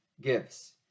gives